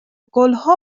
گلها